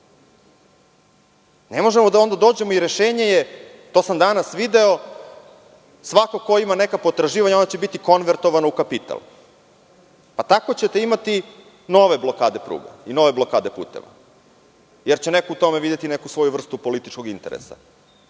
možemo da onda dođemo i rešenje je, to sam danas video, svako ko ima neka potraživanja, onda će biti konvertovano u kapital, tako ćete imati nove blokade pruge i nove blokade puteva, jer će neko u tome videti neku svoju vrstu političkog interesa,